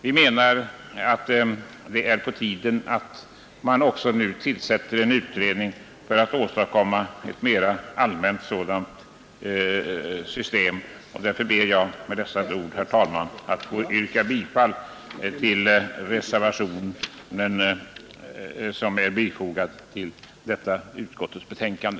Vi menar att det är på tiden att tillsätta en utredning för att åstadkomma ett mera allmänt sådant system. Med dessa ord ber jag, herr talman, att få yrka bifall till reservationerna till detta utskottsbetänkande.